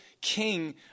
king